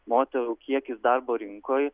moterų kiekis darbo rinkoj